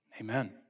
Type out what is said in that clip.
amen